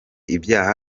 ibyaha